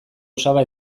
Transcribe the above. osaba